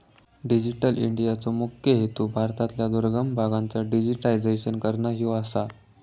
digital इंडियाचो मुख्य हेतू भारतातल्या दुर्गम भागांचा डिजिटायझेशन करना ह्यो आसा